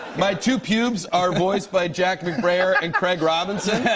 my two pubes are voiced by jack mcbrayer and craig robinson.